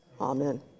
amen